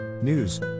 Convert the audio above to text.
news